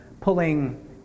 pulling